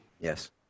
Yes